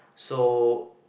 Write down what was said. so